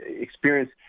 experience